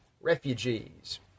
refugees